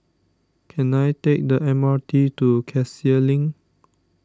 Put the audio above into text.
can I take the M R T to Cassia Link